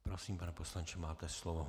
Prosím, pane poslanče, máte slovo.